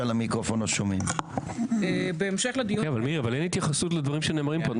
מירי, אין התייחסות לדברים שנאמרים כאן.